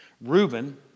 Reuben